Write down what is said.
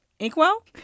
inkwell